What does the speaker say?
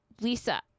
Lisa